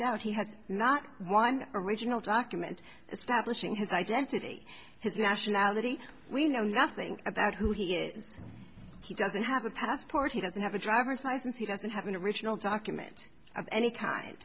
doubt he has not one original document establishing his identity his nationality we know nothing about who he is he doesn't have a passport he doesn't have a driver's license he doesn't have an original document